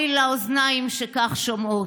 אוי לאוזניים שכך שומעות.